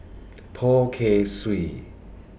Poh Kay Swee